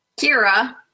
Kira